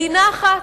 מדינה אחת.